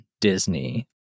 Disney